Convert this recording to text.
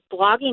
blogging